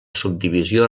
subdivisió